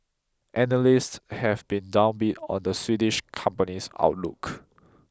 analysts have been downbeat on the Swedish company's outlook